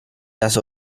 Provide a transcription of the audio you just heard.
las